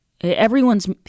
Everyone's